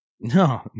No